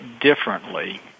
differently